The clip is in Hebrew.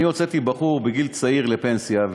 אני הוצאתי בחור בגיל צעיר לפנסיה,